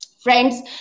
Friends